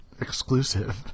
exclusive